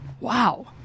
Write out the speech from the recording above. Wow